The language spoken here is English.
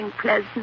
pleasant